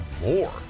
more